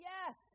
Yes